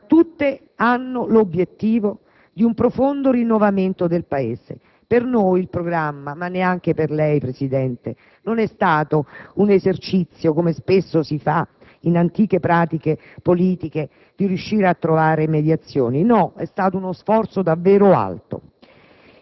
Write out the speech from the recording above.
ma tutte hanno l'obiettivo di un profondo rinnovamento del Paese. Per noi il programma - ma neanche per lei, Presidente - non è stato un esercizio, come spesso si fa in antiche pratiche politiche di riuscire a trovare mediazioni. No, è stato uno sforzo davvero alto.